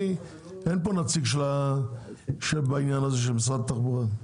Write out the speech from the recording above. אין פה נציג של משרד התחבורה בעניין הזה.